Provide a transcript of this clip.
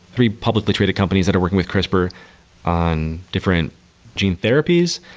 three publicly traded companies that work with crispr on different gene therapies.